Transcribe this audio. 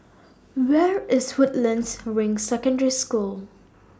Where IS Woodlands Ring Secondary School